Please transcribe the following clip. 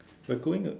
we are going uh